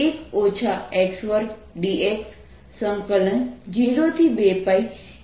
dS15 111 x2dx02π1 cos2 2dϕ છે